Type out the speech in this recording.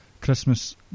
Christmas